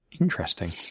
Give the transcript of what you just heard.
Interesting